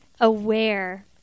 aware